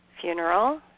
funeral